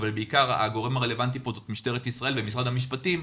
אבל הגורם הרלוונטי פה הוא בעיקר משטרת ישראל ומשרד המשפטים,